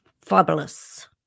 Fabulous